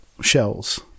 shells